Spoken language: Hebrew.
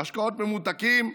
משקאות ממותקים,